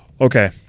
Okay